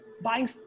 buying